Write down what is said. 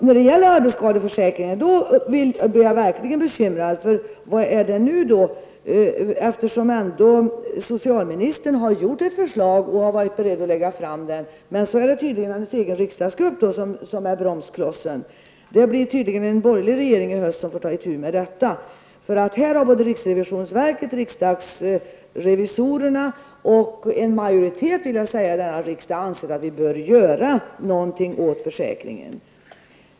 När det gäller arbetsskadeförsäkringen blir jag verkligen bekymrad. Socialministern har ändå gjort ett förslag och varit beredd att lägga fram det. Men så är det tydligen hennes egen riksdagsgrupp som är bromsklossen. Det blir uppenbarligen en borgerlig regering i höst som får ta itu med detta. Både riksrevisionsverket, riksdagsrevisorerna och en majoritet -- vill jag säga -- i denna riksdag anser att vi bör göra någonting åt försäkringen.